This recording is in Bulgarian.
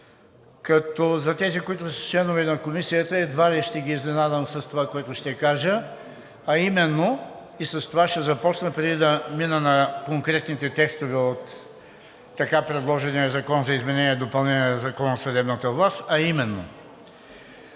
като за тези, които са членове на Комисията, едва ли ще ги изненадам с това, което ще кажа, и с това ще започна, преди да мина на конкретните текстове от така предложения закон за изменение и допълнение на Закона за съдебната власт, а именно